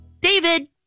David